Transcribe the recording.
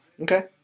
Okay